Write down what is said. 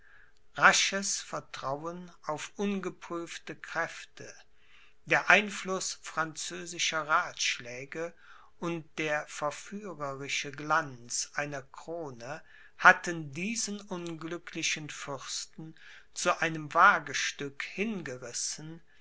rasches vertrauen auf ungeprüfte kräfte der einfluß französischer rathschläge und der verführerische glanz einer krone hatten diesen unglücklichen fürsten zu einem wagestück hingerissen